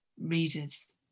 readers